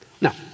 Now